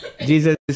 Jesus